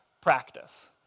practice